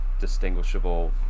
distinguishable